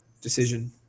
decision